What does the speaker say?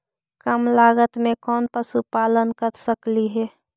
कम लागत में कौन पशुपालन कर सकली हे?